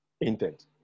intent